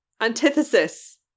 antithesis